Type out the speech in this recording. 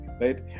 right